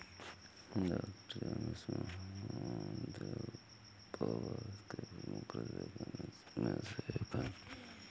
doctor M Mahadevappa Bharat के प्रमुख कृषि वैज्ञानिकों में से एक हैं